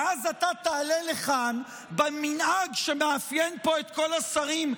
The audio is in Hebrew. ואז אתה תעלה לכאן במנהג שמאפיין פה את כל השרים,